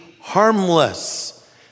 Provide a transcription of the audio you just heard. harmless